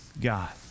God